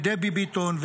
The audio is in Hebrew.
ודבי ביטון,